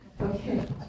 Okay